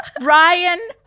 Ryan